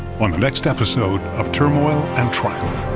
on the next episode of turmoil and triumph.